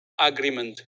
agreement